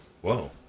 Whoa